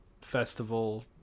festival